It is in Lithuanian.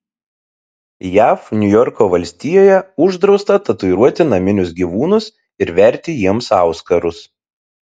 jav niujorko valstijoje uždrausta tatuiruoti naminius gyvūnus ir verti jiems auskarus